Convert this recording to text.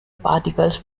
particles